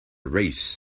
race